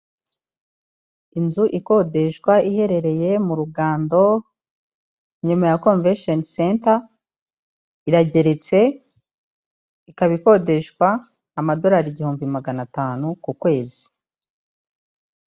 Inzu ikodeshwa iherereye mu Rugando, inyuma ya konvesheni senta, irageretse, ikaba ikodeshwa amadolari igihumbi magana atanu ku kwezi.